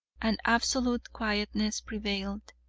and absolute quietness prevailed.